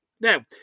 Now